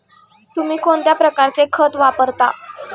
तुम्ही कोणत्या प्रकारचे खत वापरता?